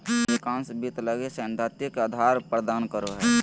अधिकांश वित्त लगी सैद्धांतिक आधार प्रदान करो हइ